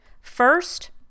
First